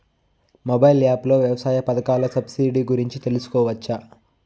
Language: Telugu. మొబైల్ యాప్ లో వ్యవసాయ పథకాల సబ్సిడి గురించి తెలుసుకోవచ్చా?